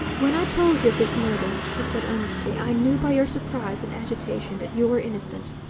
when i told you of this murder, he said earnestly, i knew by your surprise and agitation that you were innocent.